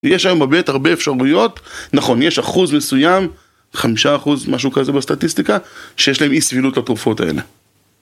יש היום באמת הרבה אפשרויות, נכון, יש אחוז מסוים, חמישה אחוז משהו כזה בסטטיסטיקה, שיש להם אי סבילות לתרופות האלה.